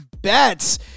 bets